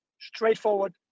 straightforward